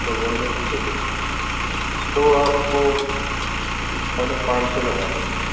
اچھا boneless ہی چاہیے تو آپ کو پونے پانچ سو لگا دیں گے